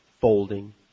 Folding